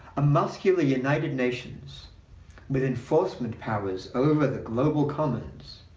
a muscular united nations with enforcement powers over the global commons,